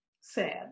sad